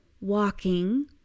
walking